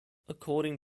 according